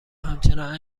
همچنان